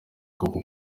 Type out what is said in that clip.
koko